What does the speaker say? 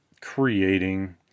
creating